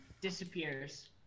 Disappears